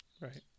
Right